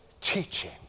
teaching